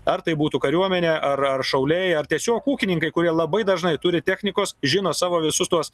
ar tai būtų kariuomenė ar ar šauliai ar tiesiog ūkininkai kurie labai dažnai turi technikos žino savo visus tuos